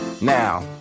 Now